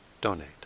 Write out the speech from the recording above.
donate